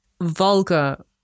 vulgar